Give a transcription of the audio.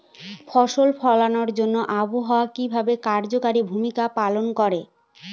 ফসল ফলানোর জন্য আবহাওয়া কিভাবে কার্যকরী ভূমিকা পালন করে?